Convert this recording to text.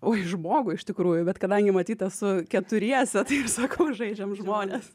o į žmogų iš tikrųjų bet kadangi matyt esu keturiese tai ir sakau žaidžiam žmones